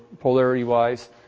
polarity-wise